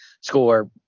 score